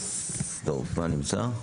מוריס דורפמן נמצא?